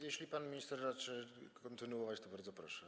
Jeśli pan minister raczy kontynuować, to bardzo proszę.